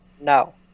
no